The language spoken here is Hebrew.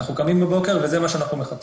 אנחנו קמים בבוקר וזה מה שאנחנו מחפשים.